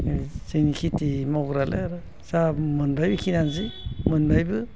जों खेथि मावग्रायालाय आरो जा मोनबाय बिखिनियानोसै मोनबायबो